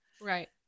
Right